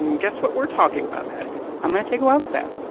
and guess what we're talking about, maddie i'm going to take a wild stab,